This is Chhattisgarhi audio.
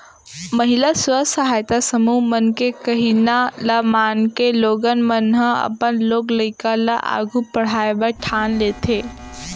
महिला स्व सहायता समूह मन के कहिना ल मानके लोगन मन ह अपन लोग लइका ल आघू पढ़ाय बर ठान लेथें